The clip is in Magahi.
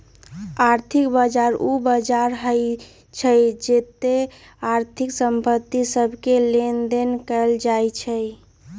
आर्थिक बजार उ बजार होइ छइ जेत्ते आर्थिक संपत्ति सभके लेनदेन कएल जाइ छइ